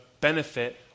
benefit